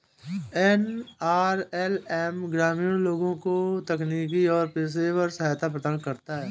NRLM ग्रामीण लोगों को तकनीकी और पेशेवर सहायता प्रदान करता है